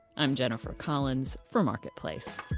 i'm jennifer collins for marketplace